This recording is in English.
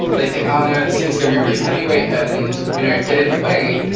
they think, oh, no. these things can be really heavy weight and you know get in the way.